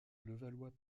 levallois